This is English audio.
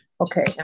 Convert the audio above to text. Okay